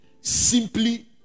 simply